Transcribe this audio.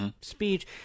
speech